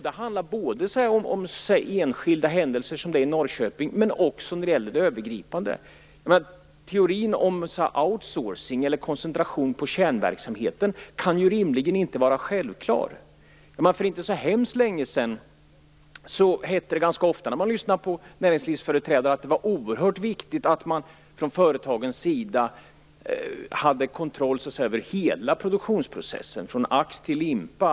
Det handlar om enskilda händelser som den i Norrköping, men också om det övergripande. Teorin om outsourcing, eller koncentration på kärnverksamheten, kan ju rimligen inte vara självklar. För inte så hemskt länge sedan hette det ganska ofta, när man lyssnade på näringslivsföreträdare, att det var oerhört viktigt att man från företagets sida hade kontroll över hela produktionsprocessen från ax till limpa.